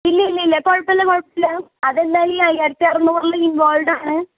ഇല്ലില്ലില്ല കുഴപ്പമില്ല കുഴപ്പമില്ല അതെല്ലാം ഈ അയ്യായിരത്തി അറുന്നൂറിൽ ഇൻവോൾഡാണ്